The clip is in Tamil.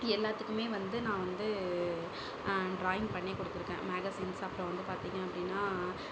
எல்லாத்துக்குமே வந்து நான் வந்து டிராயிங் பண்ணி கொடுத்துருக்கேன் மேகஸின்ஸ் அப்புறோம் வந்து பார்த்தீங்க அப்படின்னா